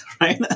right